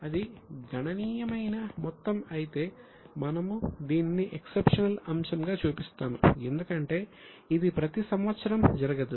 కానీ అది గణనీయమైన మొత్తం అయితే మనము దీనిని ఎక్సెప్షనల్ అంశంగా చూపిస్తాము ఎందుకంటే ఇది ప్రతి సంవత్సరం జరగదు